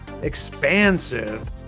expansive